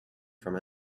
from